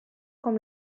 com